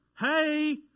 hey